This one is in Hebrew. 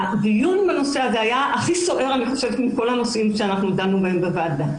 הדיון בנושא הזה היה הכי סוער מכל הנושאים שדנו בהם בוועדה.